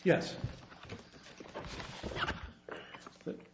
yes but